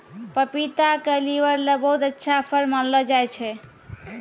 पपीता क लीवर ल बहुत अच्छा फल मानलो जाय छै